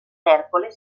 ercole